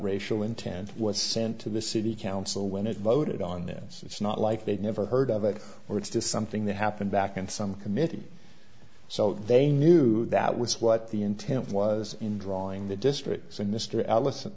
racial intent was sent to the city council when it voted on this it's not like they've never heard of it or it's just something that happened back in some committee so they knew that was what the intent was in drawing the districts and mr allison